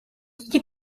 იგი